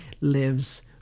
lives